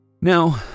Now